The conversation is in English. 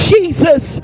Jesus